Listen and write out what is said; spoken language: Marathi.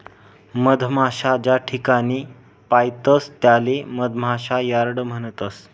मधमाशा ज्याठिकाणे पायतस त्याले मधमाशा यार्ड म्हणतस